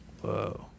whoa